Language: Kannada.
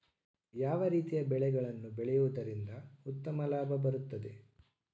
ಯಾವ ರೀತಿಯ ಬೆಳೆಗಳನ್ನು ಬೆಳೆಯುವುದರಿಂದ ಉತ್ತಮ ಲಾಭ ಬರುತ್ತದೆ?